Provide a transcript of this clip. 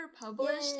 published